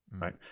right